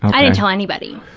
i didn't tell anybody.